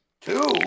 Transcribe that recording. Two